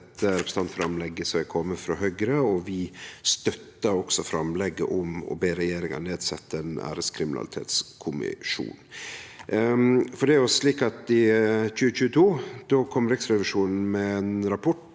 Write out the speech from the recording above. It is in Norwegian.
representantframlegget som har kome frå Høgre. Vi støttar også framlegget om å be regjeringa setje ned ein æreskriminalitetskommisjon. I 2022 kom Riksrevisjonen med ein rapport